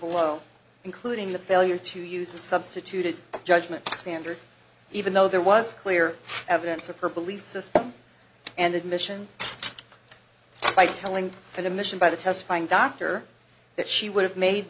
below including the failure to use a substituted judgment standard even though there was clear evidence of her belief system and admission by telling her the mission by the testifying doctor that she would have made